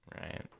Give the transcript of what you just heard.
Right